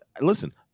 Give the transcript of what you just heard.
listen